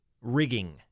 rigging